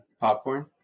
popcorn